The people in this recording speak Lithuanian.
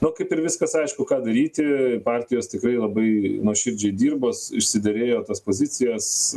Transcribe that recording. nu kaip ir viskas aišku ką daryti partijos tikrai labai nuoširdžiai dirbos išsiderėjo tas pozicijas